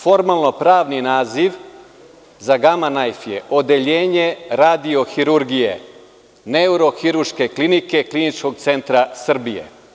Formalno pravni naziv za„Gama najf“ je odeljenje radio-hirurgije neurohirurške klinike Kliničkog centra Srbije.